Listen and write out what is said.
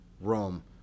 Rome